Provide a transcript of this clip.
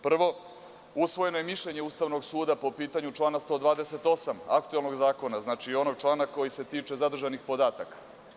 Prvo, usvojeno je mišljenje Ustavnog suda po pitanju člana 128. aktuelnog zakona, znači, onog člana koji se tiče zadržanih podataka.